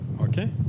Okay